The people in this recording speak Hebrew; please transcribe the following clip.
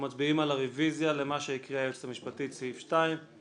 1 ההסתייגות של חברי הכנסת מירב בן ארי,